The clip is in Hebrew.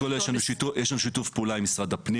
קודם כול, יש לנו שיתוף פעולה עם משרד הפנים.